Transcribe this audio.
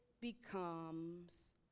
becomes